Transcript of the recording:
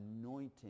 anointing